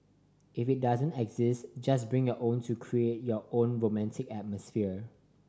if it doesn't exist just bring your own to create your own romantic atmosphere